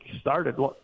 started